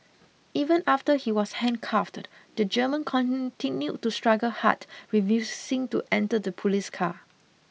even after he was handcuffed the German continued to struggle hard refusing to enter the police car